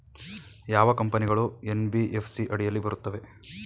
ಯಾವ ಕಂಪನಿಗಳು ಎನ್.ಬಿ.ಎಫ್.ಸಿ ಅಡಿಯಲ್ಲಿ ಬರುತ್ತವೆ?